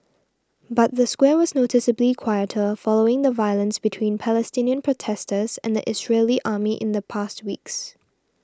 but the square was noticeably quieter following the violence between Palestinian protesters and the Israeli army in the past weeks